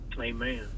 Amen